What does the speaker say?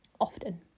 Often